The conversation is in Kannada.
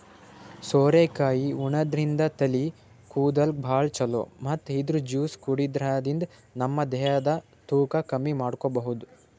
ಸೋರೆಕಾಯಿ ಉಣಾದ್ರಿನ್ದ ತಲಿ ಕೂದಲ್ಗ್ ಭಾಳ್ ಛಲೋ ಮತ್ತ್ ಇದ್ರ್ ಜ್ಯೂಸ್ ಕುಡ್ಯಾದ್ರಿನ್ದ ನಮ ದೇಹದ್ ತೂಕ ಕಮ್ಮಿ ಮಾಡ್ಕೊಬಹುದ್